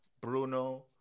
Bruno